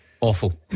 Awful